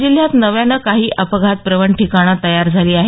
जिल्ह्यात नव्यानं काही अपघातप्रवण ठिकाणं तयार झाली आहेत